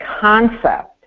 concept